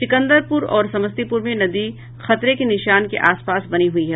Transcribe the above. सिकन्दरपुर और समस्तीपुर में नदी खतरे के निशान के आसपास बनी हुई है